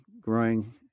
growing